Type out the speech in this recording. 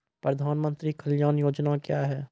प्रधानमंत्री कल्याण योजना क्या हैं?